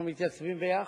חיזקנו את הפריפריה.